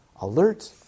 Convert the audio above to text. alert